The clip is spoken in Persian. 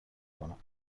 کنم